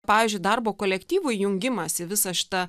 pavyzdžiui darbo kolektyvų jungimąsi į visą šitą